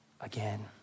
again